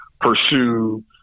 pursue